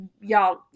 y'all